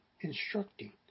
instructing